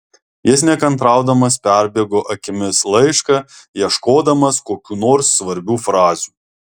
jis nekantraudamas perbėgo akimis laišką ieškodamas kokių nors svarbių frazių